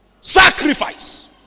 Sacrifice